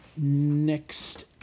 Next